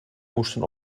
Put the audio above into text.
moesten